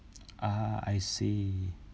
ah I see